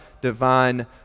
divine